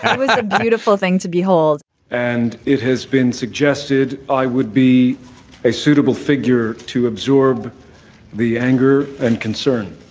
kind of it's a beautiful thing to behold and it has been suggested i would be a suitable figure to absorb the anger and concern